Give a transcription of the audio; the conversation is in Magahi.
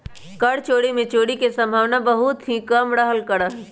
कर चोरी में चोरी के सम्भावना बहुत ही कम रहल करा हई